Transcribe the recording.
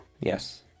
Yes